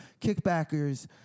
Kickbackers